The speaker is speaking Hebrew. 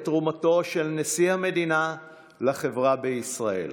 תרומתו של נשיא המדינה לחברה בישראל,